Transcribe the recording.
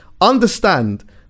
Understand